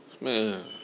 Man